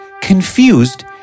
Confused